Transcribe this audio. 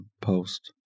post